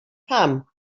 paham